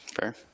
Fair